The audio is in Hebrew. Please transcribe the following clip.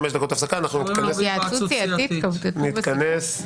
מי נמנע?